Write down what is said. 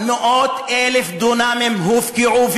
מאות-אלפי דונמים הופקעו,